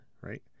right